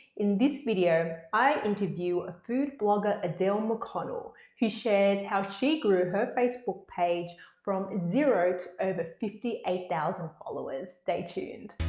in this video, i interviewed food blogger adele mcconnell who shares how she grew her facebook page from zero to over fifty eight thousand followers stay tuned.